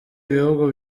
ibihugu